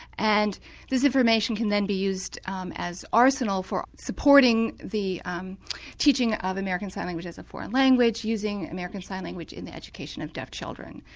and this information can then be used um as arsenal for supporting the um teaching of american sign language as a foreign language, using american sign language in the education of deaf children.